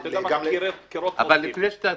בבקשה.